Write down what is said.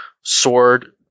Sword